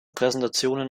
präsentationen